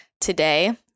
today